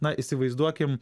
na įsivaizduokim